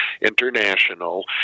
International